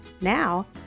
Now